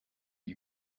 you